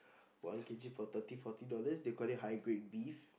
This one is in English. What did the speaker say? one k_g for thirty forty dollars they call it high grade beef